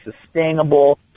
sustainable